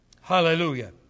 Hallelujah